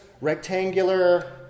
rectangular